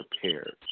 prepared